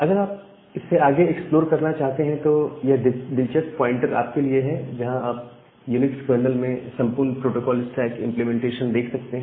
अगर आप इससे आगे एक्सप्लोर करना चाहते हैं तो यह दिलचस्प प्वाइंटर आपके लिए है जहां आप यूनिक्स कर्नल में संपूर्ण प्रोटोकोल स्टैक इंप्लीमेंटेशन देख सकते हैं